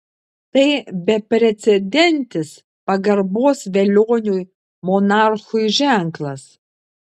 tai beprecedentis pagarbos velioniui monarchui ženklas